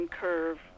curve